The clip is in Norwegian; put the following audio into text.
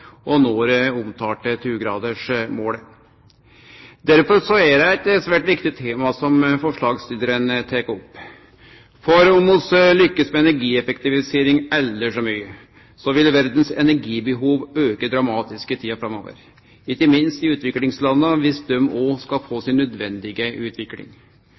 og nå det omtalte 2-gradersmålet. Derfor er det eit svært viktig tema som forslagstillarane tek opp. For om vi lykkast med energieffektivisering aldri så mykje, vil verdas energibehov auke dramatisk i tida framover, ikkje minst i utviklingslanda dersom dei òg skal få si nødvendige utvikling.